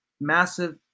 massive